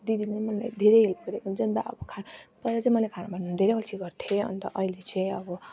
दिदीले मालई धेरै हेल्प गरेको हुन्छ नि त अब खाना पहिला चाहिँ मैले खाना बनाउन धेरै अल्छी गर्थेँ अन्त अहिले चाहिँ अब